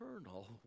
eternal